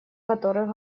которых